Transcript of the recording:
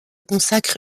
consacre